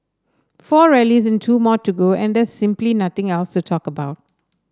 four rallies and two more to go and there is simply nothing else to talk about